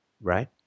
right